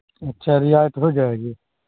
اچھا رعایت ہو جائے گی